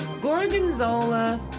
Gorgonzola